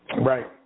Right